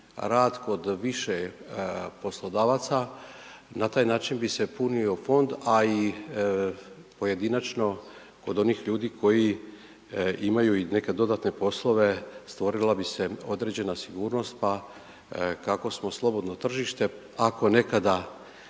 rad kod više poslodavaca, na taj način bi se punio fond, a i pojedinačno kod onih ljudi koji imaju i neke dodatne poslove, stvorila bi se određena sigurnost pa kako smo slobodno tržište, ako nekada